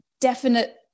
definite